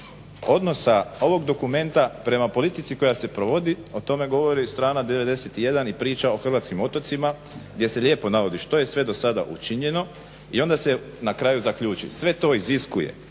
odnosa ovog dokumenta prema politici koja se provodi o tome govori strana 91. i priča o hrvatskim otocima gdje se lijepo navodi što je sve do sada učinjeno i onda se na kraju zaključi sve to iziskuje